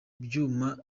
byuma